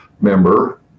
member